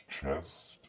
chest